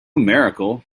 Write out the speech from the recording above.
miracle